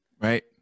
Right